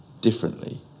differently